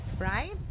Right